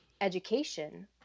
education